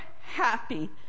happy